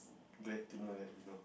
glad to know that you know